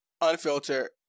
unfiltered